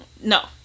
No